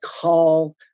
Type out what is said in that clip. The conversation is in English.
call